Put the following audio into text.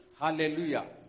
Hallelujah